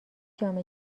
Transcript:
جام